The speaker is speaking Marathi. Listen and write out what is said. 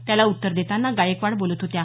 त्याला उत्तर देताना गायकवाड बोलत होत्या